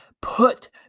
put